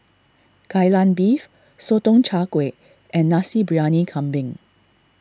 Kai Lan Beef Sotong Char Kway and Nasi Briyani Kambing